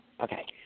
Okay